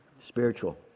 Spiritual